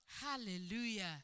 Hallelujah